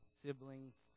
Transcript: siblings